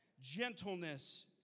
Gentleness